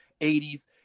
80s